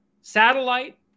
satellite